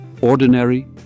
ordinary